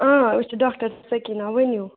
اۭں أسۍ چھِ ڈاکٹر سٔکیٖنا ؤنِو